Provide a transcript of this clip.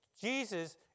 Jesus